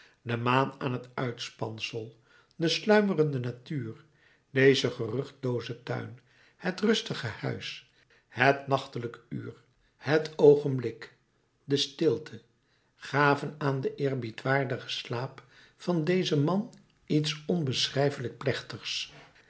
de maan aan het uitspansel de sluimerende natuur deze geruchtlooze tuin het rustige huis het nachtelijk uur het oogenblik de stilte gaven aan den eerbiedwaardigen slaap van dezen man iets onbeschrijfelijk plechtigs